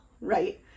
right